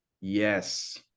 Yes